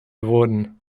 wurden